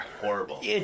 Horrible